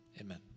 Amen